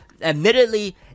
admittedly